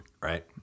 Right